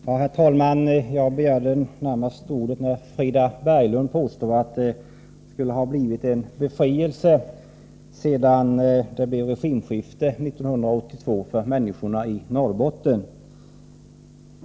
Herr talman! Jag begärde ordet närmast därför att Frida Berglund påstod att regimskiftet 1982 innebar en befrielse för människorna i Norrbotten.